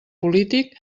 polític